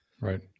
Right